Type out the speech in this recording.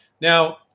Now